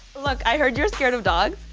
look, i heard you're scared of dogs.